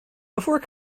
before